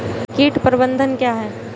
कीट प्रबंधन क्या है?